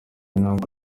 intambwe